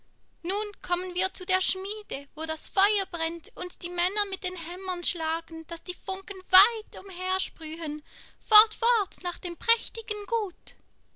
nun kommen wir zu der schmiede wo das feuer brennt und die männer mit den hämmern schlagen daß die funken weit umhersprühen fort fort nach dem prächtigen gut